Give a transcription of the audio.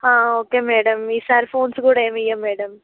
okay madam ఈ సారి phones కూడా ఏం ఇవ్వం మేడమ్